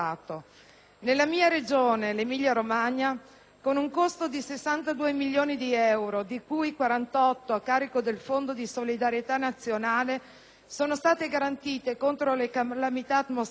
Nella mia regione, l'Emilia Romagna, con un costo di 62 milioni di euro, di cui 48 a carico del Fondo di solidarietà nazionale, sono stati garantiti contro le calamità atmosferiche